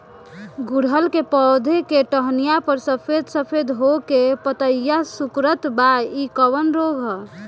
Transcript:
गुड़हल के पधौ के टहनियाँ पर सफेद सफेद हो के पतईया सुकुड़त बा इ कवन रोग ह?